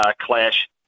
clash